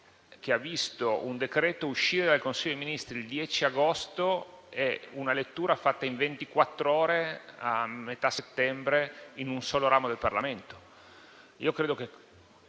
che ha visto un decreto-legge uscire dal Consiglio dei Ministri il 10 agosto e una lettura fatta in ventiquattro ore, a metà settembre, in un solo ramo del Parlamento.